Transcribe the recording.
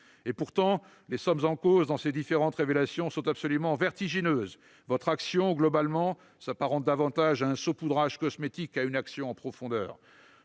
! Pourtant, les sommes en cause dans ces différentes révélations sont absolument vertigineuses. Votre action, globalement, s'apparente davantage à un saupoudrage cosmétique qu'à une intervention en profondeur.